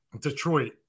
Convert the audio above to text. Detroit